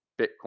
Bitcoin